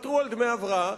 יוותרו על דמי הבראה.